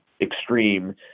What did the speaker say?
extreme